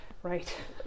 Right